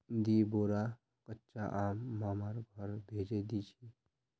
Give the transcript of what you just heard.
दी बोरा कच्चा आम मामार घर भेजे दीछि